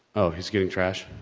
oh, he's getting trashed?